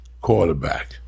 quarterback